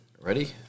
Ready